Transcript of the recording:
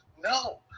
No